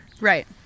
Right